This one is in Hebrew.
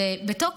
ובתוקף,